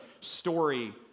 story